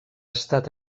estat